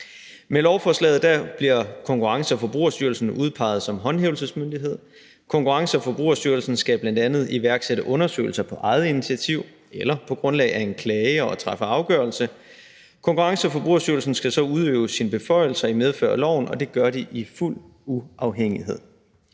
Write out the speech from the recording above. Med lovforslaget bliver Konkurrence- og Forbrugerstyrelsen udpeget som håndhævelsesmyndighed. Konkurrence- og Forbrugerstyrelsen skal bl.a. iværksætte undersøgelser på eget initiativ eller på grundlag af en klage og træffe afgørelse. Konkurrence- og Forbrugerstyrelsen skal så udøve sine beføjelser i medfør af loven, og det gør de i fuld uafhængighed.